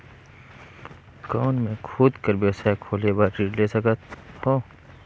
कौन मैं खुद कर व्यवसाय खोले बर ऋण ले सकत हो?